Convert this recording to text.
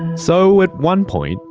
so at one point,